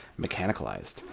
mechanicalized